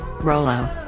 Rolo